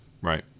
right